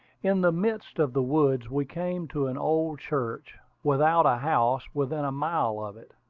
in the midst of the woods we came to an old church, without a house within a mile of it,